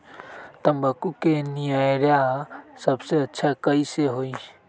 तम्बाकू के निरैया सबसे अच्छा कई से होई?